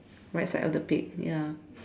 right side of the pic ya